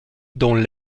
dans